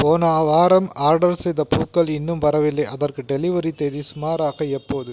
போன வாரம் ஆர்டர் செய்த பூக்கள் இன்னும் வரவில்லை அதற்கு டெலிவரி தேதி சுமாராக எப்போது